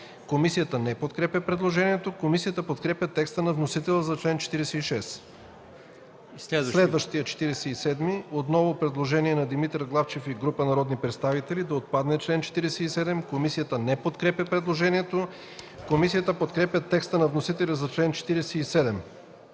Комисията не подкрепя предложението. Комисията подкрепя текста на вносителя за чл. 40. По чл. 41 – отново предложение на колегата Главчев и група народни представители за отпадане на този член. Комисията не подкрепя предложението. Комисията подкрепя текста на вносителя за чл. 41.